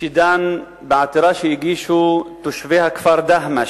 שדן בעתירה שהגישו תושבי הכפר דהמש,